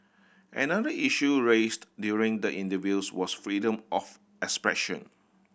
another issue raised during the interviews was freedom of expression